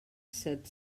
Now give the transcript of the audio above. set